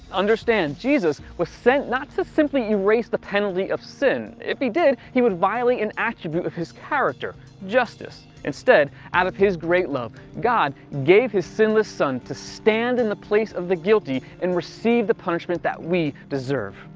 understand, jesus jesus was sent, not to simply erase the penalty of sin, if he did, he would violate an attribute of his character, justice. instead, out of his great love, god gave his sinless son to stand in the place of the guilty, and receive the punishment that we deserve.